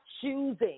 choosing